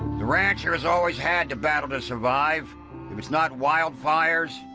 the rancher has always had to battle to survive. if it's not wildfires,